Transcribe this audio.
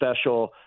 special